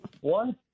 one